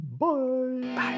Bye